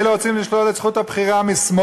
אחרים רוצים לשלול את זכות הבחירה מחרדים,